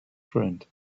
friend